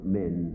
men